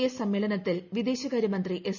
S സമ്മേളനത്തിൽ വിദേശകാരു മന്ത്രി എസ്